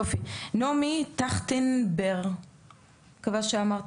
נעמי טירנובר, בבקשה.